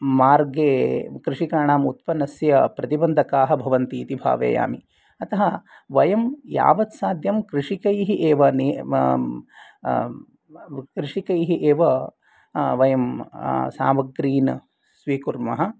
मार्गे कृषिकाणाम् उत्पन्नस्य प्रतिबन्धकाः भवन्ति इति भावयामि अतः वयं यावत् साध्यं कृषकैः एव कृषकैः एव वयं सामग्रीन् स्वीकुर्मः